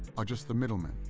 are just the middlemen.